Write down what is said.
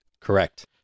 Correct